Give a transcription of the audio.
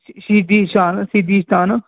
ਸ਼ਹੀਦੀ ਸ਼ਾਨ ਸ਼ਹੀਦੀ ਸਥਾਨ